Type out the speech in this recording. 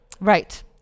Right